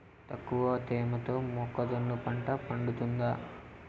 తక్కువ తేమతో మొక్కజొన్న పంట పండుతుందా?